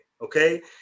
okay